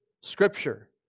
Scripture